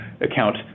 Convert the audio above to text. account